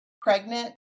Pregnant